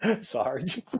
Sarge